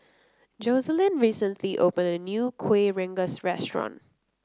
Joseline recently opened a new Kuih Rengas restaurant